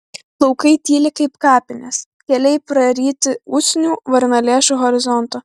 laukai tyli kaip kapinės keliai praryti usnių varnalėšų horizonto